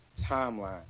timeline